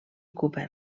cooper